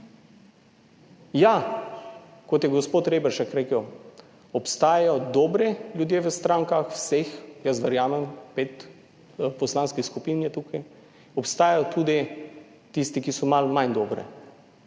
Ja, kot je gospod Reberšek rekel, obstajajo dobri ljudje v strankah, vseh, jaz verjamem pet poslanskih skupin je tukaj, obstajajo tudi tisti, 26. TRAK: (VP)